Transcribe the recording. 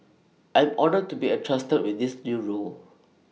I am honoured to be entrusted with this new role